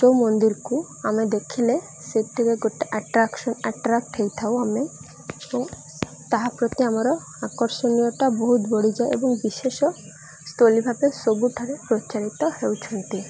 ଯୋଉ ମନ୍ଦିରକୁ ଆମେ ଦେଖିଲେ ସେଥିରେ ଗୋଟେ ଆଟ୍ରାକ୍ସନ୍ ଆଟ୍ରାକ୍ଟ ହୋଇଥାଉ ଆମେ ଓ ତାହା ପ୍ରତି ଆମର ଆକର୍ଷଣୀୟଟା ବହୁତ ବଢ଼ିଯାଏ ଏବଂ ବିଶେଷ ସ୍ଥଳୀ ଭାବେ ସବୁଠାରେ ପ୍ରଚଳିତ ହେଉଛନ୍ତି